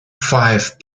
five